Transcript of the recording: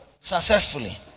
successfully